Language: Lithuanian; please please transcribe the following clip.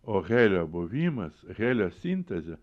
o helio buvimas helio sintezė